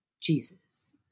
Jesus